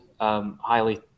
highly